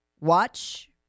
Watch